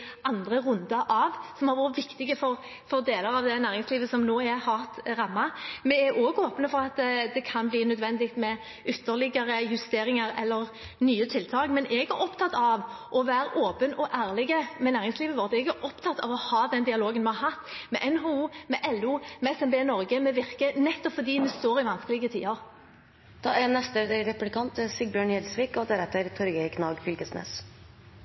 andre runde av, som har vært viktig for deler av det næringslivet som nå er hardt rammet. Vi er også åpne for at det kan bli nødvendig med ytterligere justeringer eller nye tiltak. Men jeg er opptatt av å være åpen og ærlig med næringslivet vårt. Jeg er opptatt av å ha den dialogen vi har med NHO, med LO, med SMB Norge, med Virke, nettopp fordi vi står i vanskelige tider. I vår handlet både storting, regjering og